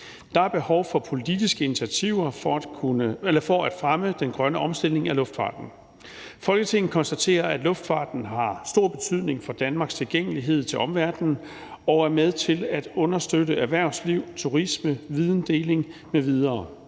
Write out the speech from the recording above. Der er behov for politiske initiativer for at fremme den grønne omstilling af luftfarten. Folketinget konstaterer, at luftfarten har stor betydning for Danmarks tilgængelighed til omverdenen og er med til at understøtte erhvervsliv, turisme, videndeling m.v.